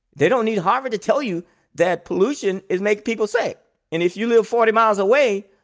they don't need harvard to tell you that pollution is making people sick. and if you live forty miles away,